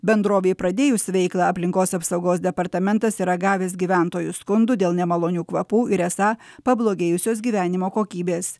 bendrovei pradėjus veiklą aplinkos apsaugos departamentas yra gavęs gyventojų skundų dėl nemalonių kvapų ir esą pablogėjusios gyvenimo kokybės